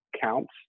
counts